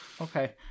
okay